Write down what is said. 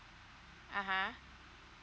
uh !huh!